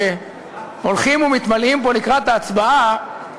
שהולכים ומתמלאים פה לקראת ההצבעה,